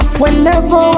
whenever